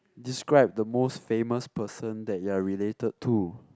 describe the most famous person that you are related to